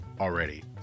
already